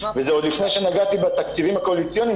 וזה עוד לפני שנגעתי בתקציבים הקואליציוניים